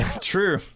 true